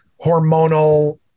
hormonal